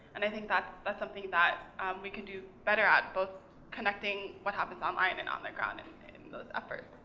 and i think that's that's something that we can do better at, both connecting what happens um online, and and on the ground, and those efforts.